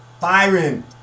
Byron